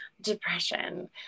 depression